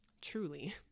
Truly